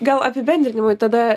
gal apibendrinimui tada